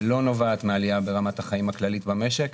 שלא נובעת מעלייה ברמת החיים הכללית במשק,